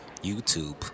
YouTube